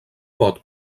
pot